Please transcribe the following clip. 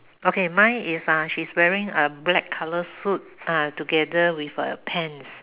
okay mine is she's wearing a black color suit uh together with a pants